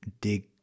dig